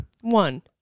One